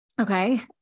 Okay